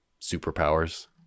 superpowers